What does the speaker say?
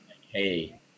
hey